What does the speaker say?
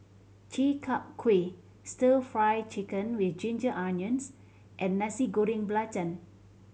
Chi Kak Kuih Stir Fry Chicken with ginger onions and Nasi Goreng Belacan